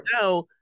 now